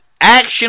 Action